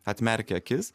atmerkė akis